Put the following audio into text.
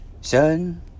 Sun